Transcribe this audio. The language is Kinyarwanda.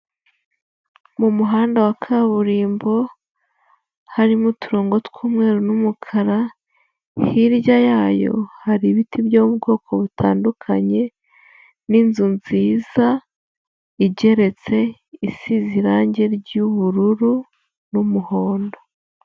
Mu muhanda wa kaburimbo, harimo uturongo tw'umweru n'umukara, hirya yayo hari ibiti byo mu bwoko butandukanye, n'inzu nziza igeretse, isize irangi ry'ubururu n'umuhondo.